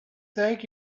think